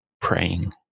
praying